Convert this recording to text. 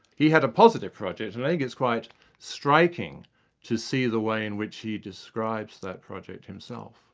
he had a positive project, and i think it's quite striking to see the way in which he describes that project himself.